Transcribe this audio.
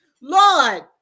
Lord